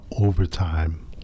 overtime